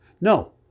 No